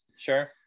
Sure